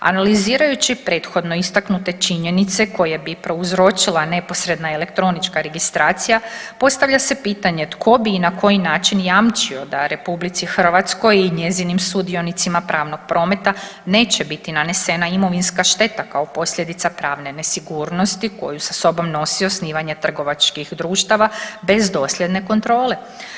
Analizirajući prethodno istaknute činjenice koje bi prouzročila neposredna elektronička registracija postavlja se pitanje tko bi i na koji način jamčio da RH i njezinim sudionicima pravnog prometa neće biti nanesena imovinska šteta kao posljedica pravne nesigurnosti koju sa sobom nosi osnivanje trgovačkih društava bez dosljedne kontrole.